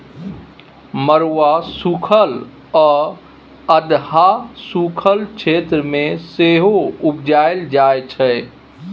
मरुआ सुखल आ अधहा सुखल क्षेत्र मे सेहो उपजाएल जाइ छै